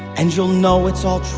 and you'll know it's all true.